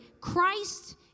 Christ